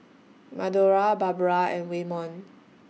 Madora Barbra and Waymon